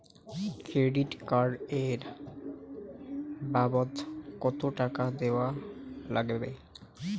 Credit card এর বাবদ কতো টাকা দেওয়া লাগবে?